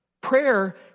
Prayer